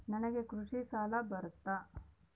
ನನಗೆ ಕೃಷಿ ಸಾಲ ಬರುತ್ತಾ?